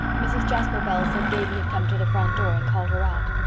mrs. jasper bell said davy had come to the front door and called her out.